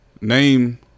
Name